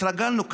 התרגלנו כאן,